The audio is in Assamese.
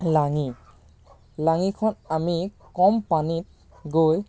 লাঙি লাঙিখন আমি কম পানীত গৈ